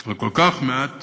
על כל כך מעט